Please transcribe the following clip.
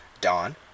Dawn